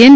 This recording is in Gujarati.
એન